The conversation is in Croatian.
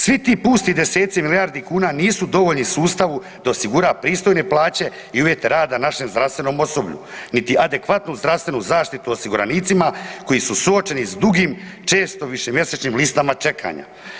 Svi ti pusti deseci milijardi kuna nisu dovoljni sustavu da osigura pristojne plaće i uvjete rada našem zdravstvenom osoblju, niti adekvatnu zdravstvenu zaštitu osiguranicima koji su suočeni s dugim, često višemjesečnim listama čekanja.